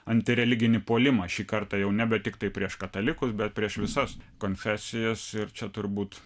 antireliginį puolimą šį kartą jau nebe tiktai prieš katalikus bet prieš visas konfesijas ir čia turbūt